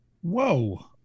Whoa